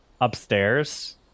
upstairs